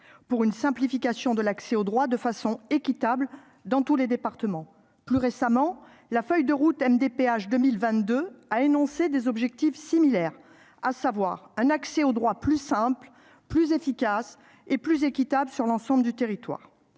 vers une simplification de l'accès aux droits de façon équitable sur l'ensemble du territoire. Plus récemment, la feuille de route MDPH 2022 a énoncé des objectifs similaires, à savoir un accès aux droits plus simple, plus efficace et plus équitable sur l'ensemble du territoire.